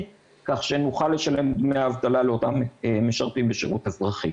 כך שנוכל לשלם דמי אבטלה לאותם משרתים בשירות אזרחי.